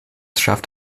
schafft